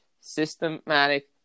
systematic